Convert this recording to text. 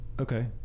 Okay